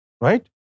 Right